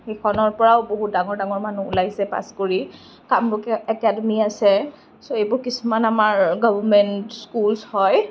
সেইখনৰ পৰা বহুত ডাঙৰ ডাঙৰ মানুহ ওলাইছে পাছ কৰি কামৰূপ একাডেমী আছে চ' সেইবোৰ কিছুমান আমাৰ গভৰ্ণমেণ্ট স্কুল্চ হয়